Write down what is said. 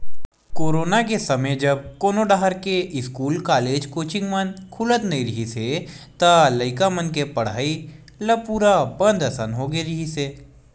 corona के समे जब कोनो डाहर के इस्कूल, कॉलेज, कोचिंग मन खुलत नइ रिहिस हे त लइका मन के पड़हई ल पूरा बंद असन होगे रिहिस हे